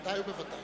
ובוודאי.